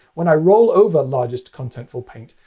when i roll over largest contentful paint,